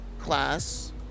class